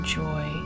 joy